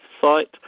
site